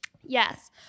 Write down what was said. Yes